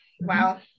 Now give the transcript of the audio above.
Wow